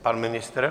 Pan ministr?